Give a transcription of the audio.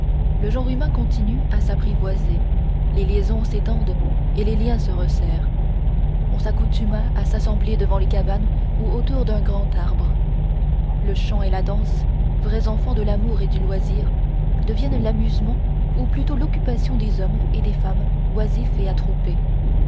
le genre humain continue à s'apprivoiser les liaisons s'étendent et les liens se resserrent on s'accoutuma à s'assembler devant les cabanes ou autour d'un grand arbre le chant et la danse vrais enfants de l'amour et du loisir devinrent l'amusement ou plutôt l'occupation des hommes et des femmes oisifs et attroupés